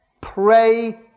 pray